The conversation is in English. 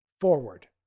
forward